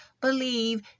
believe